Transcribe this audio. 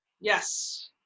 Yes